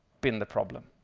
been the problem.